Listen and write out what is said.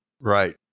Right